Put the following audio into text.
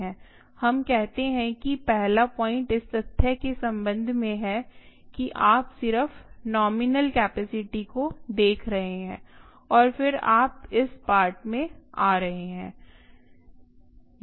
हम कहते हैं कि पहला पॉइंट् इस तथ्य के संबंध में है कि आप सिर्फ नोमिनल कैपेसिटी को देख रहे हैं और फिर आप इस पार्ट में आ रहे हैं